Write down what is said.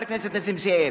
חבר כנסת נסים זאב,